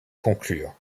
conclure